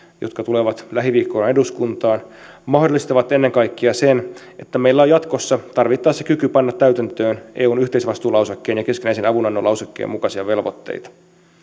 jotka tulevat lähiviikkoina eduskuntaan mahdollistavat ennen kaikkea sen että meillä on jatkossa tarvittaessa kyky panna täytäntöön eun yhteisvastuulausekkeen ja keskinäisen avunannon lausekkeen mukaisia velvoitteita